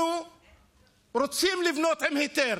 אנחנו רוצים לבנות עם היתר.